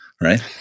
Right